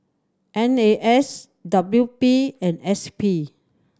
N A S W P and S P